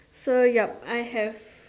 so yep I have